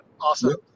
Awesome